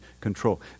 control